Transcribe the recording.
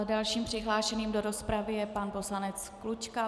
Dalším přihlášeným do rozpravy je pan poslanec Klučka.